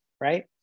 right